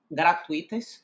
gratuitas